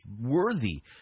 worthy